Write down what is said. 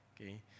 Okay